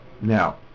Now